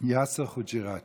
יאסר חוג'יראת,